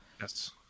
Yes